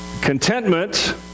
Contentment